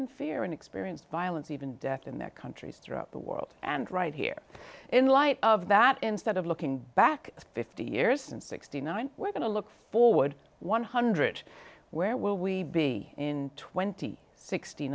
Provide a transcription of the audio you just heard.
in fear and experience violence even death in their countries throughout the world and right here in light of that instead of looking back fifty years and sixty nine we're going to look forward one hundred where will we be in twenty